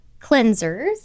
cleansers